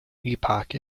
epoch